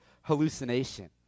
hallucination